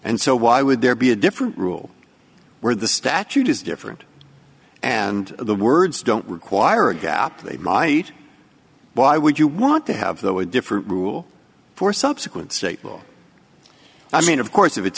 and so why would there be a different rule where the statute is different and the words don't require a gap they might why would you want to have though a different rule for subsequent state will i mean of course of it's